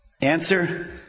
Answer